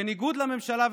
בניגוד לממשלה,